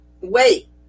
wait